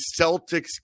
Celtics